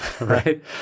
right